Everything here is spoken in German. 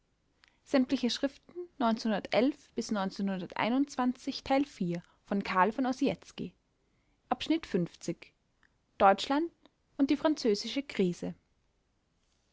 und die französische krise